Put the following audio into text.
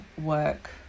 work